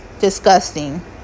disgusting